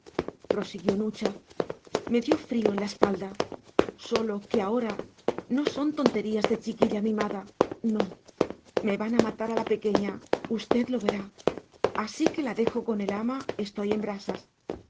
antigua prosiguió nucha me dio frío en la espalda sólo que ahora no son tonterías de chiquilla mimada no me van a matar a la pequeña usted lo verá así que la dejo con el ama estoy en brasas